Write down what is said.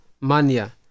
mania